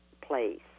place